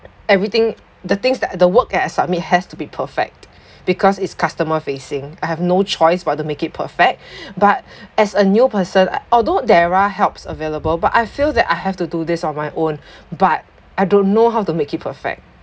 everything the things that the work that I submit has to be perfect because its customer facing I have no choice but to make it perfect but as a new person although there are helps available but I feel that I have to do this on my own but I don't know how to make it perfect